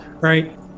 right